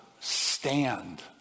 stand